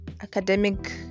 academic